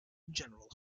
general